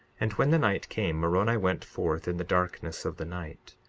and when the night came, moroni went forth in the darkness of the night,